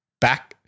Back-